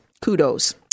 kudos